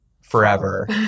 forever